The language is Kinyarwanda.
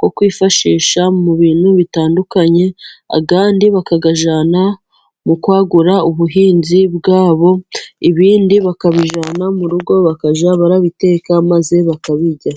yo kwifashisha mu bintu bitandukanye. Ayandi bakayajyana mu kwagura ubuhinzi bwabo, ibindi bakabijyana mu rugo bakajya babiteka maze bakabirya.